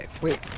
Wait